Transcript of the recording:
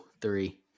three